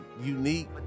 unique